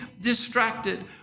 distracted